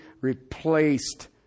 replaced